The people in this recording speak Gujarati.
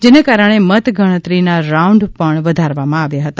જેને કારણે મતગણતરીના રાઉન્ડ પણ વધારવામાં આવ્યા હતા